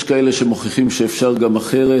יש כאלה שמוכיחים שאפשר גם אחרת,